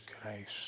Christ